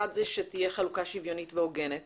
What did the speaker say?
אחד, שתהיה חלוקה שוויונית והוגנת